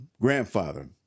grandfather